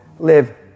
live